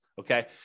okay